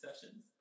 sessions